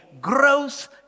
growth